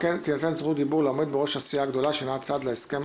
4.תינתן זכות דיבור לעומד בראש הסיעה הגדולה שאינה צד להסכם